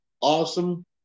awesome